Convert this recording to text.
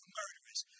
murderers